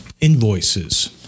invoices